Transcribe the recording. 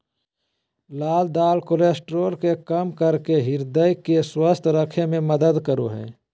लाल दाल कोलेस्ट्रॉल के कम करके हृदय के स्वस्थ रखे में मदद करो हइ